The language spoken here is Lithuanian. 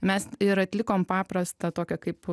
mes ir atlikom paprastą tokią kaip